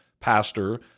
pastor